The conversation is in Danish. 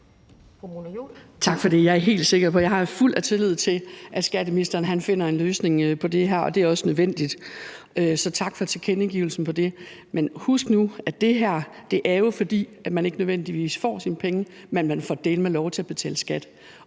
Tak for det. Jeg er helt sikker på og jeg er fuld af tillid til, at skatteministeren finder en løsning på det her, og det er også nødvendigt. Så tak for tilkendegivelsen af det. Men husk nu, at det her jo er, fordi man ikke nødvendigvis får sine penge; men man får dæleme lov til at betale skat,